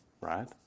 right